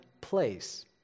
place